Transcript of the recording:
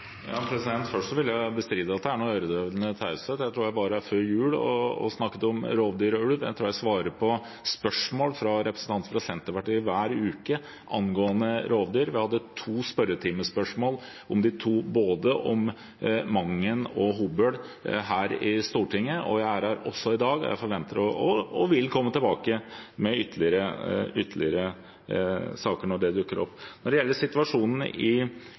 Først vil jeg bestride at det er noen øredøvende taushet. Jeg tror jeg var her før jul og snakket om rovdyr og ulv. Jeg tror jeg svarer på spørsmål fra representanter fra Senterpartiet hver uke angående rovdyr. Vi hadde to spørretimespørsmål om både Mangen og Hobøl i Stortinget, og jeg er her også i dag. Jeg vil komme tilbake med ytterligere saker når det dukker opp. Når det gjelder situasjonen i